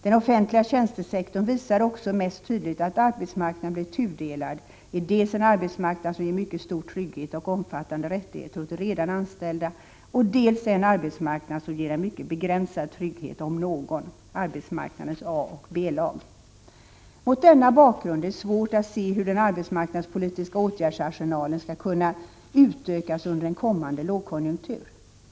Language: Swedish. Den offentliga tjänstesektorn visar också mest tydligt att arbetsmarknaden blivit tudelad i dels en arbetsmarknad som ger mycket stor trygghet och omfattande rättigheter åt de redan anställda, dels en arbetsmarknad som ger en mycket begränsad trygghet, om någon — arbetsmarknadens A och B-lag. Mot denna bakgrund är det svårt att se hur den arbetsmarknadspolitiska åtgärdsarsenalen skall kunna utökas under en kommande lågkonjunktur.